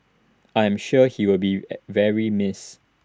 I'm sure he will be very missed